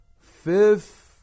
Fifth